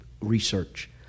research